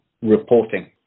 reporting